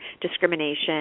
discrimination